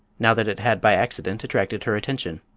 now that it had by accident attracted her attention.